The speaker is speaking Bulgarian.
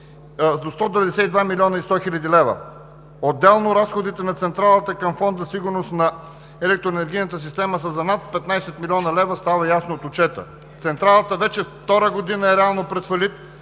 до 192 млн. 100 хил. лв. Отделно разходите на Централата към Фонд за сигурност на електроенергийната система са за над 15 млн. лв., става ясно от отчета. Централата вече втора година е реално пред фалит,